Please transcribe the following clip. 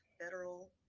federal